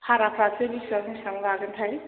भाराफ्रासो बिसिबां बिसिबां लागोनथाय